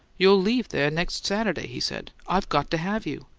you'll leave there next saturday, he said. i've got to have you.